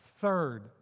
third